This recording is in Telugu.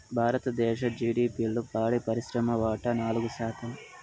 భారతదేశ జిడిపిలో పాడి పరిశ్రమ వాటా నాలుగు శాతం